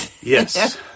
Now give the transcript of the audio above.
Yes